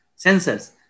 sensors